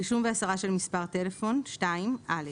רישום והסרה של מספרי טלפון 2. (א)